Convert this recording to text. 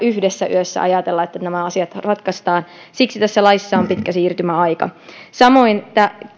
ajatella että yhdessä yössä nämä asiat ratkaistaan siksi tässä laissa on pitkä siirtymäaika samoin